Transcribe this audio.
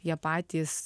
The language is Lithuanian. jie patys